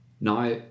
Now